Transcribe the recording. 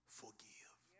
forgive